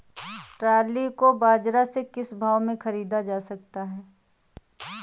Trolley को बाजार से किस भाव में ख़रीदा जा सकता है?